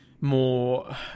more